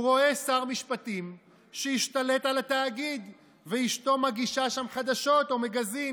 הוא רואה שר משפטים שהשתלט על התאגיד ואשתו מגישה שם חדשות או מגזין,